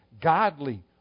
godly